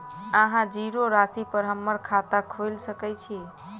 अहाँ जीरो राशि पर हम्मर खाता खोइल सकै छी?